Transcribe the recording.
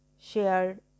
shared